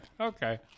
Okay